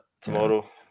tomorrow